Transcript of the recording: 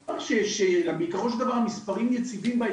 בסופו של דבר המספרים יציבים.